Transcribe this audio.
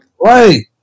Right